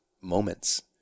moments